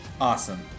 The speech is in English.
awesome